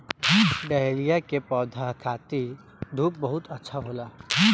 dahlia के पौधा खातिर धूप बहुत अच्छा होला